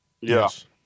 Yes